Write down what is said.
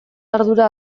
ardura